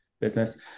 business